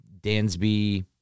Dansby